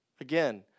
Again